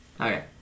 Okay